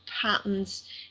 patterns